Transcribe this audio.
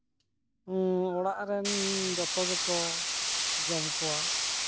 ᱚᱲᱟᱜ ᱨᱮᱱ ᱡᱚᱛᱚ ᱜᱮᱠᱚ ᱡᱚᱢ ᱠᱚᱣᱟ